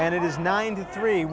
and it is ninety three